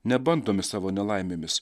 nebandomi savo nelaimėmis